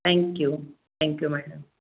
thank you thank you madam